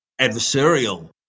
adversarial